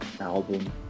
album